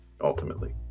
ultimately